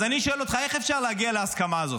אז אני שואל אותך איך אפשר להגיע להסכמה הזאת?